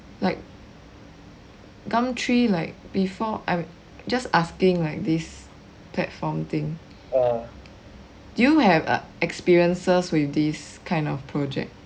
like Gumtree like before I just asking like this platform thing do you have experiences with this kind of project